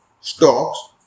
Stocks